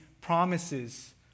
promises